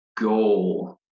goal